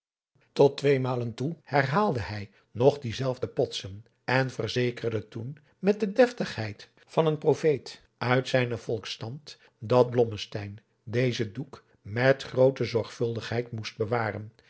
tot tweemalen toe herhaalde hij nog diezelfde potsen en verzekerde toen met de deftigheid van een profeet uit zijnen volksstand dat blommesteyn dezen doek met groote zorgvuldigheid moest bewaren